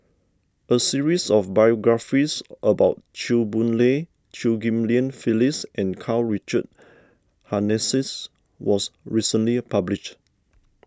a series of biographies about Chew Boon Lay Chew Ghim Lian Phyllis and Karl Richard Hanitsch was recently published